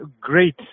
great